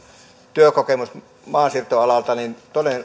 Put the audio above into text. työkokemus maansiirtoalalta niin